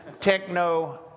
Techno